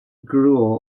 grew